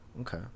Okay